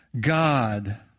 God